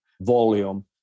volume